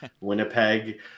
Winnipeg